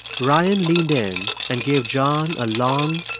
ryan leaned in and gave john a long,